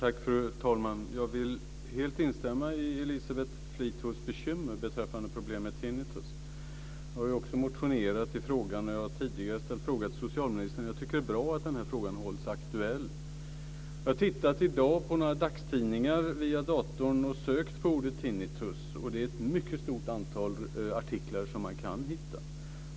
Fru talman! Jag vill helt instämma i Elisabeth Fleetwoods bekymmer beträffande problemet tinnitus. Jag har också motionerat i frågan och tidigare ställt en fråga till socialministern. Det är bra att den här frågan hålls aktuell. Jag har i dag tittat i några dagstidningar via datorn och sökt på ordet tinnitus, och det är ett mycket stort antal artiklar som man kan hitta.